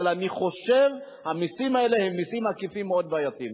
אבל אני חושב שהמסים האלה הם מסים עקיפים מאוד בעייתיים.